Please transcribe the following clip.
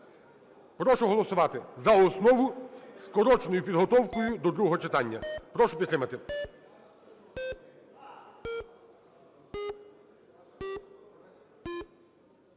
Прошу голосувати за основу із скороченою підготовкою до другого читання. Прошу підтримати.